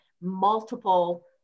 multiple